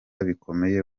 bikomeye